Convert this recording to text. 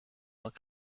would